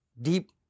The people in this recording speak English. deep